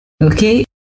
okay